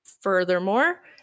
Furthermore